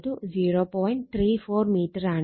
34 m ആണ്